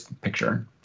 picture